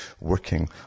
working